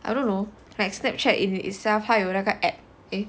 I don't know like Snapchat in itself 他有那个 app